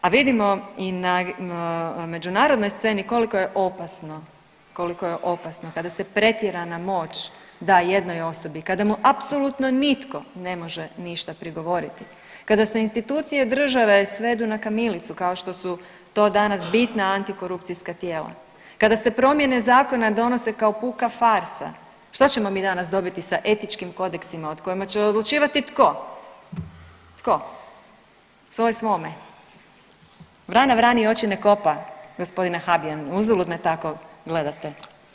A vidimo i na međunarodnoj sceni koliko je opasno, koliko je opasno kada se pretjerana moć da jednoj osobi, kada mu apsolutno nitko ne može ništa prigovoriti, kada se institucije države svedu na kamilicu, kao što su to danas bitna antikorupcijska tijela, kada se promjene zakona donose kao puka farsa, što ćemo mi danas dobiti sa etičkim kodeksima o kojima će odlučivati tko, tko, svoj svome, vrana vrani oči ne kopa gospodine Habijan uzalud me tako gledate.